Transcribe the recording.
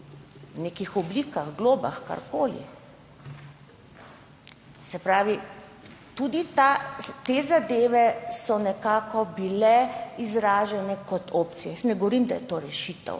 nekih oblikah, globah, karkoli. Se pravi, tudi te zadeve so bile nekako izražene kot opcija. Jaz ne govorim, da je to rešitev,